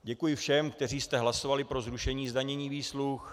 Děkuji všem, kteří jste hlasovali pro zrušení zdanění výsluh.